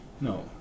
No